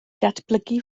ddatblygu